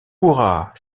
hurrah